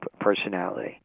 personality